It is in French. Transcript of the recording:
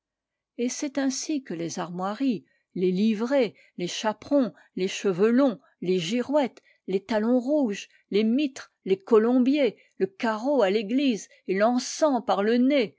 et c'est ainsi que les armoiries les livrées les chaperons les cheveux longs les girouettes les talons rouges les mitres les colombiers le carreau à l'église et l'encens par le nez